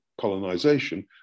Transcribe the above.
colonization